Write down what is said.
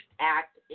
act